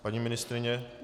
Paní ministryně?